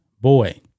boy